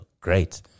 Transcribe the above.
great